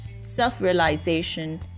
self-realization